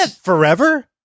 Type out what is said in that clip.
Forever